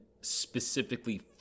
specifically